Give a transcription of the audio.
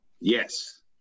yes